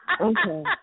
Okay